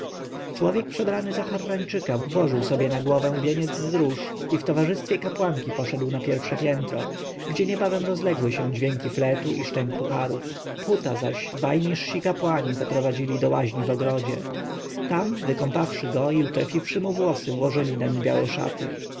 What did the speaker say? człowiek przebrany za harrańczyka włożył sobie na głowę wieniec z róż i w towarzystwie kapłanki poszedł na pierwsze piętro gdzie niebawem rozległy się dźwięki fletów i szczęk puharów phuta zaś dwaj niżsi kapłani zaprowadzili do łaźni w ogrodzie tam wykąpawszy go i utrefiwszy mu włosy włożyli nań białe szaty